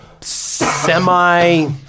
semi